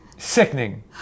Sickening